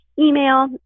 email